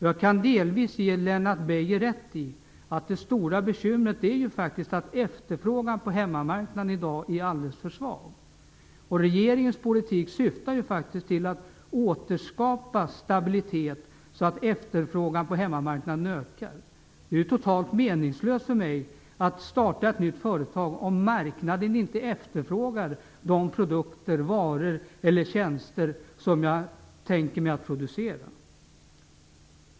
Jag kan delvis ge Lennart Beijer rätt i att det stora bekymret faktiskt är att efterfrågan på hemmamarknaden i dag är alldeles för svag. Regeringens politik syftar till att återskapa stabilitet så att efterfrågan på hemmamarknaden ökar. Det är totalt meningslöst för mig att starta ett nytt företag om marknaden inte efterfrågar de produkter, varor eller tjänster som jag tänker mig att producera.